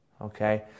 Okay